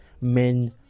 men